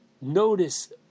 notice